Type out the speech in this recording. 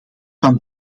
van